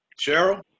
Cheryl